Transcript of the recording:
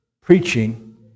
preaching